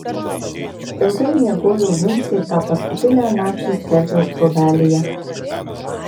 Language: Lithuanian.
ilgai miegojo vincė tą paskutinę naktį skerdžiaus trobelėje